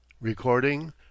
Recording